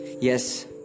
Yes